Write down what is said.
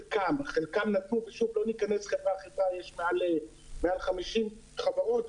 חלקן נתנו ושוב, לא ניכנס כי יש מעל 50 חברות,